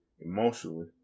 emotionally